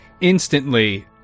Instantly